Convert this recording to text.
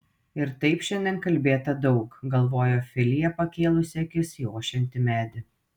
ir taip šiandien kalbėta daug galvojo filija pakėlusi akis į ošiantį medį